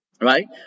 right